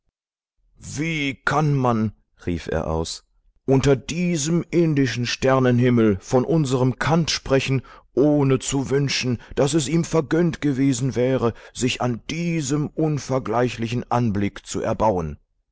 wie kann man rief er aus unter diesem indischen sternenhimmel von unserem kant sprechen ohne zu wünschen daß es ihm vergönnt gewesen wäre sich an diesem unvergleichlichen anblick zu erbauen